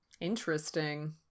Interesting